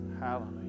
Hallelujah